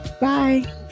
Bye